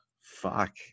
fuck